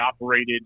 operated